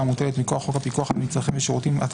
המוטלת מכוח חוק הפיקוח על מצרכים ושירותים,